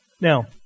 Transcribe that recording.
Now